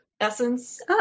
essence